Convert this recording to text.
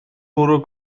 bwrw